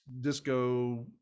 disco